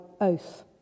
oath